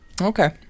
Okay